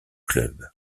club